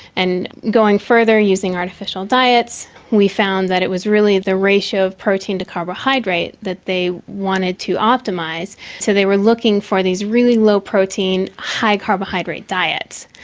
and going further using artificial diets we found that it was really the ratio of protein to carbohydrate that they wanted to optimise, so they were looking for these really low-protein, high-carbohydrate diets.